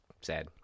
Sad